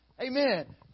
amen